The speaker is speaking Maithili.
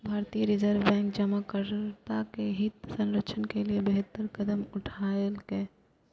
भारतीय रिजर्व बैंक जमाकर्ता के हित संरक्षण के लिए बेहतर कदम उठेलकै